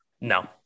No